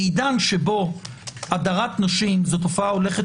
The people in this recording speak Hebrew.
בעידן שבו הדרת נשים זאת תופעה הולכת